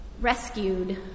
rescued